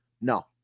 No